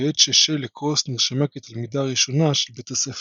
בעת ששיילה קרוס נרשמה כתלמידה הראשונה של בית הספר.